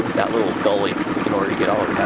that little gully in order to get all